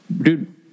dude